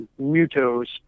Mutos